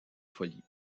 folie